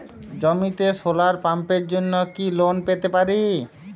জমিতে সোলার পাম্পের জন্য কি লোন পেতে পারি?